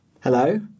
Hello